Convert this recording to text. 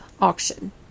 auction